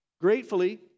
gratefully